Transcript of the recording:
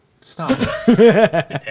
Stop